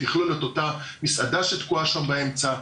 היא תכלול את אותה מסעדה שתקועה שם באמצע,